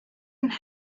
and